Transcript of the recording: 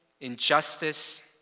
injustice